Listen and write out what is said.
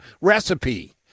recipe